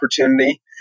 opportunity